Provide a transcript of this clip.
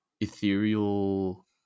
ethereal